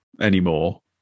anymore